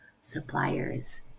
suppliers